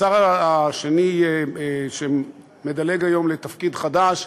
השר השני שמדלג היום לתפקיד חדש,